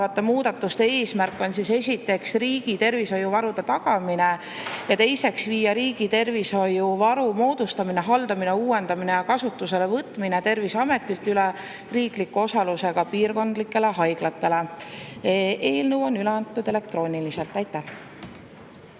muudatuste eesmärk on esiteks tagada riigi tervishoiuvaru ja teiseks viia riigi tervishoiuvaru moodustamine, haldamine, uuendamine ja kasutusele võtmine Terviseametist üle riikliku osalusega piirkondlikesse haiglatesse. Eelnõu on üle antud elektrooniliselt. Suur